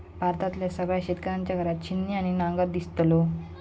भारतातल्या सगळ्या शेतकऱ्यांच्या घरात छिन्नी आणि नांगर दिसतलो